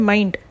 Mind